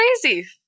crazy